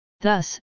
thus